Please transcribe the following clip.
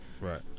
Right